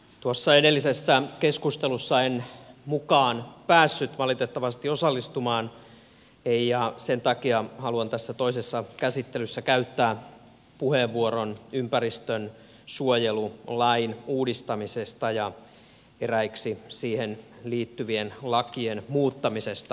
tuossa edellisessä keskustelussa en valitettavasti päässyt mukaan osallistumaan ja sen takia haluan tässä toisessa käsittelyssä käyttää puheenvuoron ympäristönsuojelulain uudistamisesta ja eräiden siihen liittyvien lakien muuttamisesta